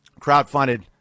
crowdfunded